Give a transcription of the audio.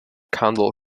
candle